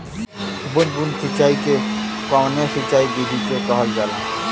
बूंद बूंद सिंचाई कवने सिंचाई विधि के कहल जाला?